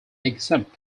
exempt